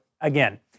again